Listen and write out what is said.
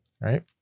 right